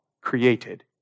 created